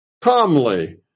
calmly